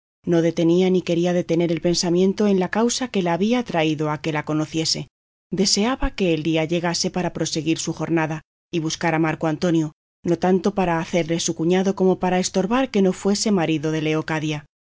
no detenía ni quería detener el pensamiento en la causa que la había traído a que la conociese deseaba que el día llegase para proseguir su jornada y buscar a marco antonio no tanto para hacerle su cuñado como para estorbar que no fuese marido de